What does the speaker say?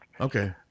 Okay